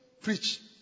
preach